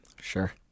Sure